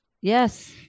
Yes